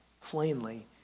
plainly